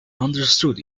understood